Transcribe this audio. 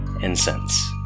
incense